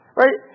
right